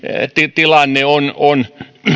tilanne on on